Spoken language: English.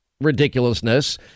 Ridiculousness